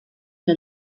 que